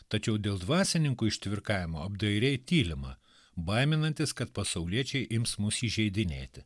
tačiau dėl dvasininkų ištvirkavimo apdairiai tylima baiminantis kad pasauliečiai ims mus įžeidinėti